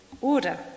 order